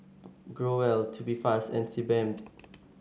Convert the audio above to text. Growell Tubifast and Sebamed